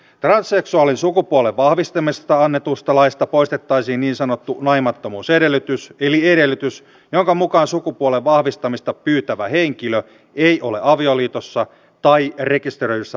transseksuaalin sukupuolen vahvistamisesta annetusta laista poistettaisiin niin sanottu naimattomuusedellytys eli edellytys jonka mukaan sukupuolen vahvistamista pyytävä henkilö ei ole avioliitossa tai rekisteröidyssä parisuhteessa